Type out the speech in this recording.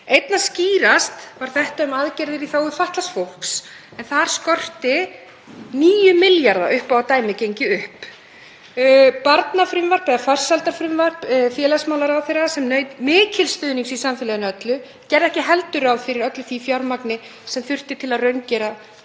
Einna skýrast var þetta í aðgerðum í þágu fatlaðs fólks, en þar skorti 9 milljarða upp á að dæmið gengi upp. Barnafrumvarp eða farsældarfrumvarp félagsmálaráðherra, sem naut mikils stuðnings í samfélaginu öllu, gerði ekki heldur ráð fyrir öllu því fjármagni sem þurfti til að raungera